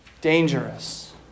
dangerous